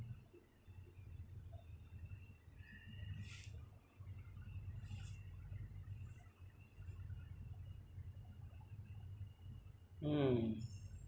mm